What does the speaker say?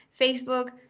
Facebook